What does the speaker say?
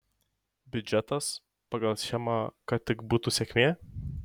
biudžetas pagal schemą kad tik būtų sėkmė